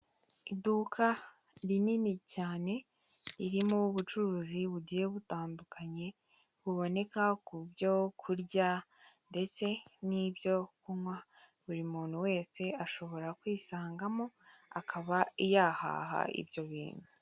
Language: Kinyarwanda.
Iduka rinini cyane ririmo ubucuruzi bugiye butandukanye, buboneka ku byo kurya ndetse n'ibyo kunywa buri muntu wese ashobora kwisangamo, akaba yahaha ibyo bintu.